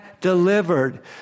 delivered